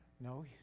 No